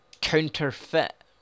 Counterfeit